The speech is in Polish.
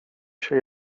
się